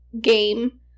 game